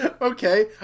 Okay